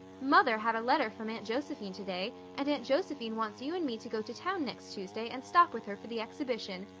mother had a letter from aunt josephine today, and aunt josephine wants you and me to go to town next tuesday and stop with her for the exhibition.